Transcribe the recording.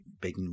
big